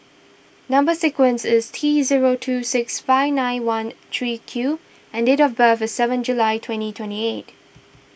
Number Sequence is T zero two six five nine one three Q and date of birth is seven July twenty twenty eight